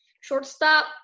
shortstop